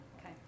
Okay